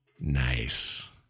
Nice